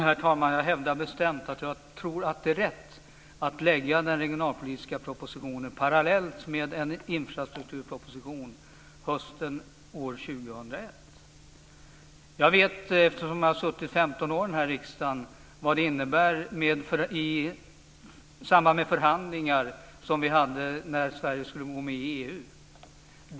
Herr talman! Jag hävdar bestämt att jag tror att det är rätt att lägga fram den regionalpolitiska propositionen parallellt med en infrastrukturproposition hösten år 2001. Jag vet, eftersom jag har suttit 15 år i denna riksdag, vad de förhandlingar som vi hade när Sverige skulle gå med i EU innebar.